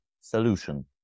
solution